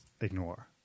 ignore